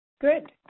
Good